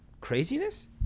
craziness